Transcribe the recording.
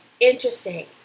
interesting